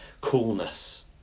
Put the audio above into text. coolness